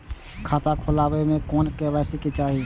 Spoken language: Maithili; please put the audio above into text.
खाता खोला बे में के.वाई.सी के चाहि?